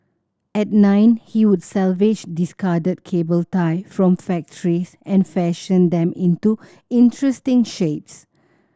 at nine he would salvage discarded cable tie from factories and fashion them into interesting shapes